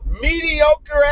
Mediocre